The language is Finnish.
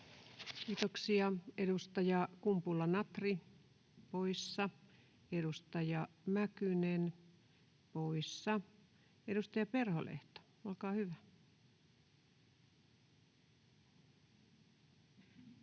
Kiitoksia. — Edustaja Kumpula-Natri poissa, edustaja Mäkynen poissa. — Edustaja Perholehto, olkaa hyvä. Arvoisa